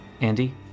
Andy